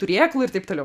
turėklų ir taip toliau